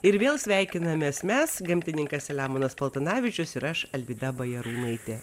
ir vėl sveikinamės mes gamtininkas selemonas paltanavičius ir aš alvyda bajarūnaitė